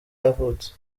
yavutse